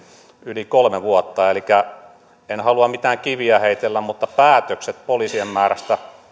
yli kolme vuotta enkä halua mitään kiviä heitellä mutta päätökset poliisien määrästä